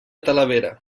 talavera